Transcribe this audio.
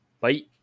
Bye